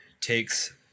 takes